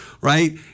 right